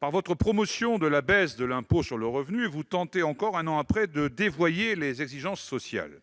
Par votre promotion de la baisse de cet impôt, monsieur le ministre, vous tentez encore, un an après, de dévoyer les exigences sociales.